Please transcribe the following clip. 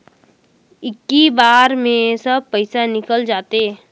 इक्की बार मे सब पइसा निकल जाते?